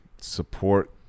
support